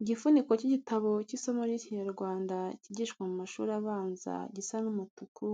Igifuniko cy'igitabo cy'isomo ry'ikinyarwanda kigishwa mu mashuri abanza gisa n'umutuku,